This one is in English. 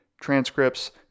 transcripts